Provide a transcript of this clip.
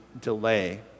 delay